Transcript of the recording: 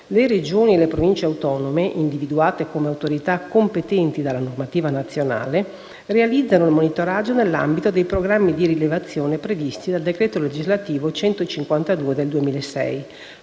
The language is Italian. le Regioni e le Province autonome, individuate come autorità competenti dalla normativa nazionale, realizzano il monitoraggio nell'ambito dei programmi di rilevazione previsti dal decreto legislativo n. 152 del 2006,